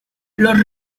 los